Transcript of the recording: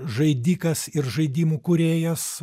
žaidikas ir žaidimų kūrėjas